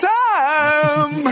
time